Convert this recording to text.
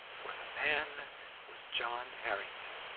for the man was john harrington.